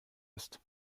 ist